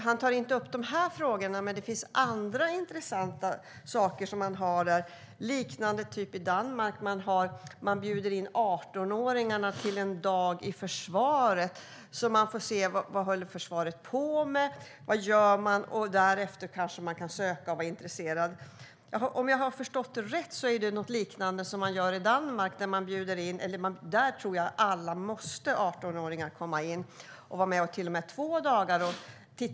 Han tar inte upp dessa frågor, men det finns andra intressanta saker där, till exempel hur man kan bjuda in 18-åringarna till en dag i försvaret så att de får se vad försvaret håller på med, och därefter kanske intresserade kan söka. Om jag har förstått det rätt är det någonting liknande som man gör i Danmark, där alla 18-åringar måste komma in och vara med två dagar.